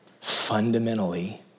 fundamentally